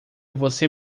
você